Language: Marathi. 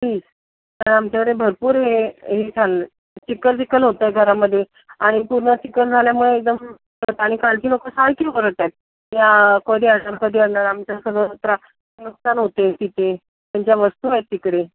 प्लीज कारण आमच्याकडे भरपूर हे हे झालं चिखल बिखल होतोय घरामध्ये आणि पूर्ण चिखल झाल्यामुळे एकदम आणि खालची सारखी ओरडतायत या कधी आणणार कधी आणणार आमचं सगळं त्रास नुकसान होते तिथे त्यांच्या वस्तू आहेत तिकडे